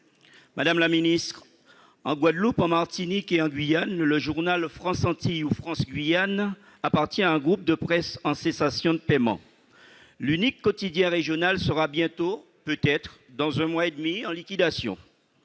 des outre-mer. En Guadeloupe, en Martinique et en Guyane, le journal ou appartient à un groupe de presse en cessation de paiement. L'unique quotidien régional sera bientôt, peut-être dans un mois et demi, en liquidation.